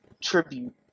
tribute